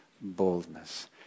boldness